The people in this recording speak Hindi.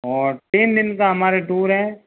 और तीन दिन का हमारा टूर है